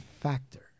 factor